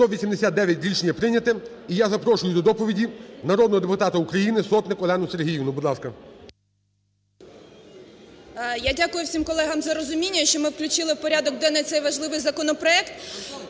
За-189 Рішення прийняте. І я запрошую до доповіді народного депутата України Сотник Олену Сергіївну, будь ласка. 10:57:20 СОТНИК О.С. Я дякую всім колегам за розуміння, що ми включили в порядок денний цей важливий законопроект.